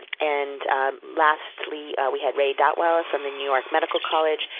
and lastly, we had ray dattwyler from the new york medical college,